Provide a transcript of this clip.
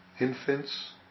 infants